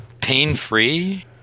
pain-free